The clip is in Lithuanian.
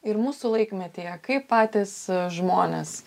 ir mūsų laikmetyje kaip patys žmonės